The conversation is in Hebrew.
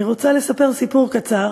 אני רוצה לספר סיפור קצר